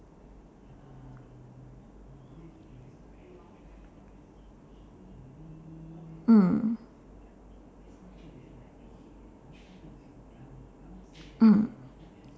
mm mm